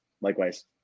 likewise